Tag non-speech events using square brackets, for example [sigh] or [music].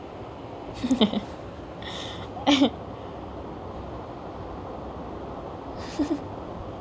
[laughs]